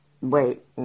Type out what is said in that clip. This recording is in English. Wait